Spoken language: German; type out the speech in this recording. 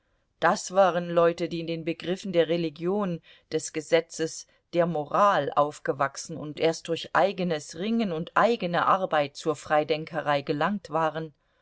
das waren leute die in den begriffen der religion des gesetzes der moral aufgewachsen und erst durch eigenes ringen und eigene arbeit zur freidenkerei gelangt waren